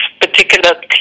particular